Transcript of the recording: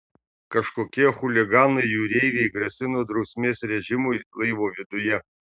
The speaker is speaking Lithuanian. kažkokie chuliganai jūreiviai grasino drausmės režimui laivo viduje